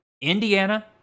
Indiana